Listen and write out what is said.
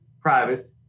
private